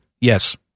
Yes